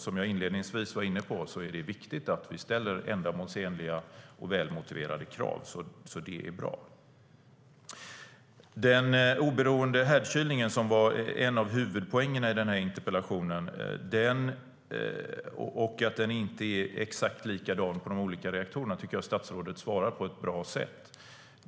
Som jag inledningsvis var inne på är det viktigt att vi ställer ändamålsenliga och välmotiverade krav, så detta är bra. Den oberoende härdkylningen var en av huvudpoängerna i denna interpellation. Frågan om att den inte är exakt likadan på de olika reaktorerna tycker jag att statsrådet besvarar på ett bra sätt.